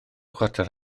chwarter